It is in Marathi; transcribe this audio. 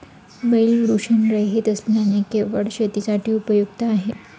बैल वृषणरहित असल्याने केवळ शेतीसाठी उपयुक्त आहे